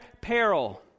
peril